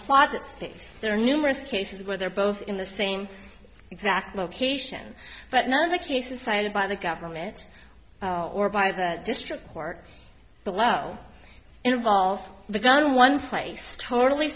closet space there are numerous cases where they're both in the same exact location but none of the cases cited by the government or by the district court below involve the gun one place totally